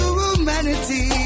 humanity